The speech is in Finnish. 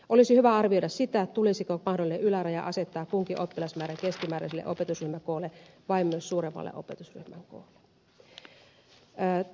olisi hyvä arvioida sitä tulisiko mahdollinen yläraja asettaa kunkin oppilasmäärän keskimääräiselle opetusryhmäkoolle vai myös suuremmalle opetusryhmän koolle